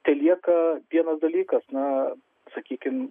telieka vienas dalykas na sakykim